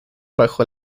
bajo